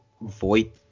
void